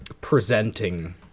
presenting